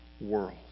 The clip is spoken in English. world